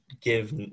give